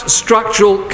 structural